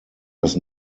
das